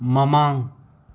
ꯃꯃꯥꯡ